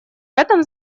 этом